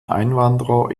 einwanderer